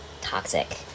toxic